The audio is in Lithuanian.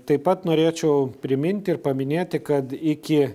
taip pat norėčiau priminti ir paminėti kad iki